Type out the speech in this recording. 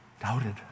doubted